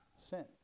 sin